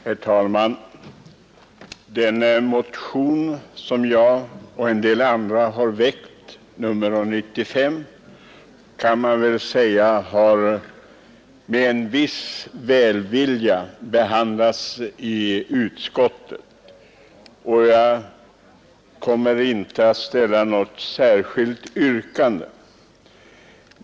Herr talman! Den motion som jag och några medmotionärer har väckt har, kan man säga, behandlats i utskottet med en viss välvilja, och jag kommer inte att ställa något yrkande.